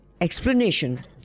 explanation